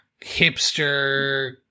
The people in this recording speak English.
hipster